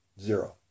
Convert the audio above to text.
Zero